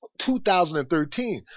2013